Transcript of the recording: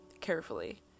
carefully